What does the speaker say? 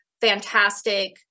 fantastic